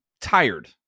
tired